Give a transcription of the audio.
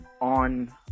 on